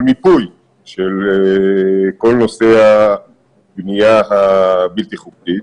מיפוי של כל נושא הבנייה הבלתי חוקית.